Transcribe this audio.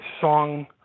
song